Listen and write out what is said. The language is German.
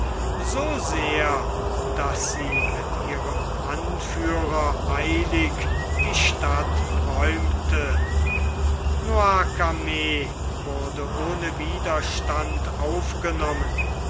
so sehr daß sie mit ihrem anführer eilig die stadt räumte noircarmes wurde ohne widerstand aufgenommen